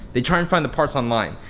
they try and find the parts online.